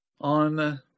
on